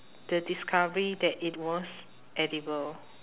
the discovery that it was edible